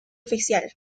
oficial